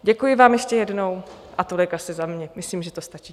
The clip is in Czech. Děkuji vám ještě jednou a tolik asi za mě, myslím, že to stačí.